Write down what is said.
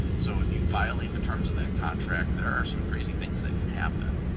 so if you violate the terms of that contract, there are some crazy things that can happen.